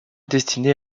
destinés